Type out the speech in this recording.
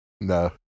No